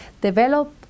develop